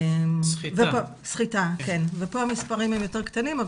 ופה המספרים הם יותר קטנים,